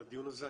על הדיון הזה,